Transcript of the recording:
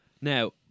Now